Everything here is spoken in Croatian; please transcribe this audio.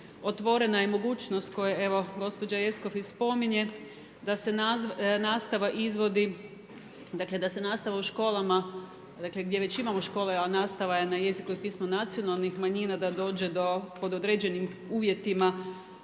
otvorena je mogućnost koje evo i gospođa Jeckov spominje da se nastava izvodi, dakle da se nastava u školama, dakle gdje već imamo škole a nastava je na jeziku i pismu nacionalnih manjina da dođe do pod određenim uvjetima